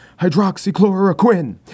hydroxychloroquine